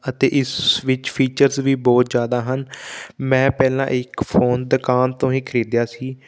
ਅਤੇ ਇਸ ਵਿੱਚ ਫੀਚਰਸ ਵੀ ਬਹੁਤ ਜ਼ਿਆਦਾ ਹਨ ਮੈਂ ਪਹਿਲਾਂ ਇੱਕ ਫ਼ੋਨ ਦੁਕਾਨ ਤੋਂ ਹੀ ਖਰੀਦਿਆ ਸੀ